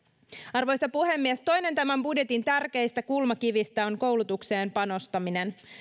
arvoisa puhemies toinen tämän budjetin tärkeistä kulmakivistä on koulutukseen panostaminen